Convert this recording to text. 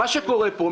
מה שקורה פה,